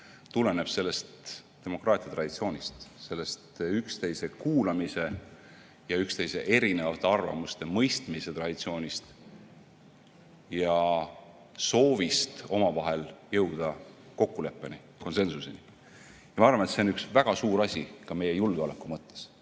tuleneb sellest demokraatia traditsioonist, sellest üksteise kuulamise ja erinevate arvamuste mõistmise traditsioonist ning soovist omavahel jõuda kokkuleppeni, konsensuseni. Ma arvan, et see on üks väga suur asi ka meie julgeoleku mõttes,